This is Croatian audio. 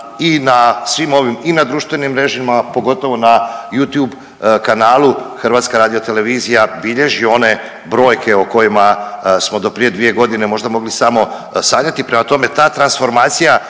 i na svim ovim i na društvenim mrežama, pogotovo na YouTube kanalu, HRT bilježi one brojke o kojima smo do prije 2.g. možda mogli samo sanjati, prema tome ta transformacija